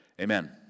Amen